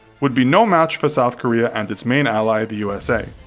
would be no match for south korea and its main ally, the usa.